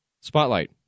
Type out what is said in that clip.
spotlight